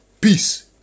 Peace